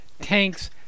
tanks